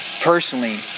personally